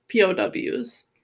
POWs